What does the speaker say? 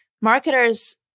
marketers